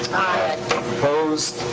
aye. opposed?